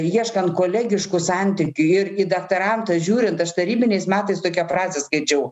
ieškant kolegiškų santykių ir į daktarantą žiūrint aš tarybiniais metais tokią frazę skaičiau